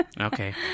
Okay